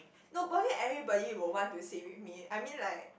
no poly everybody will want to sit with me I mean like